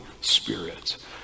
Spirit